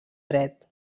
dret